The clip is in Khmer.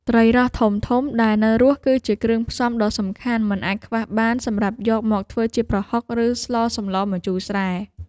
ត្រីរ៉ស់ធំៗដែលនៅរស់គឺជាគ្រឿងផ្សំដ៏សំខាន់មិនអាចខ្វះបានសម្រាប់យកមកធ្វើជាប្រហុកឬស្លសម្លម្ជូរស្រែ។